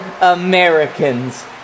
Americans